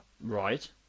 Right